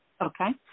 Okay